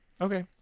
Okay